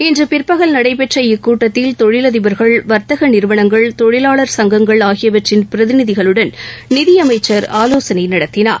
இன்று பிற்பகல் நடைபெற்ற இக்கூட்டத்தில் தொழில் அதிபர்கள் வர்த்தக நிறுவனங்கள் தொழிலாளர் சங்கங்கள் ஆகியவற்றின் பிரதிநிதிகளுடன் நிதியமைச்சர் ஆலோசனை நடத்தினார்